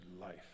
life